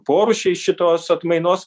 porūšiai šitos atmainos